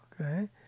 Okay